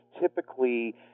typically